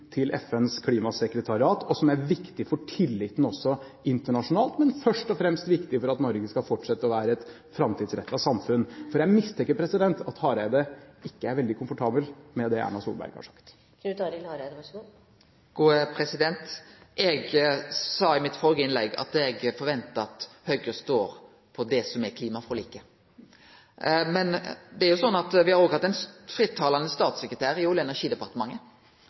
til FNs klimasekretariat, noe som er viktig for tilliten også internasjonalt, men først og fremst for at Norge skal fortsette å være et framtidsrettet samfunn? Jeg mistenker at Hareide ikke er veldig komfortabel med det Erna Solberg har sagt. Eg sa i det førre innlegget mitt at eg forventa at Høgre stod på det som er klimaforliket. Men me har jo òg hatt ein frittalande statssekretær i Olje- og energidepartementet som har sagt at det ikkje skal takast noko innanfor olje- og